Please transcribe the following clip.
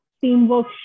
teamwork